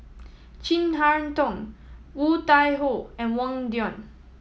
Chin Harn Tong Woon Tai Ho and Wang Dayuan